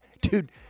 Dude